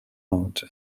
out